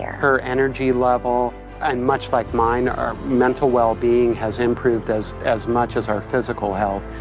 her energy level and much like mine, our mental well-being has improved as as much as our physical health.